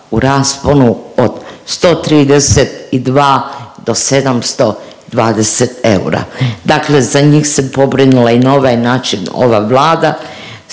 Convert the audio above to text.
u rasponu od 132 do 720 eura. Dakle za njih se pobrinula i na ovaj način ova Vlada